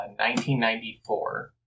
1994